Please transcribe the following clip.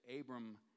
Abram